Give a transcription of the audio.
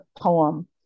poem